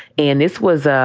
and this was, ah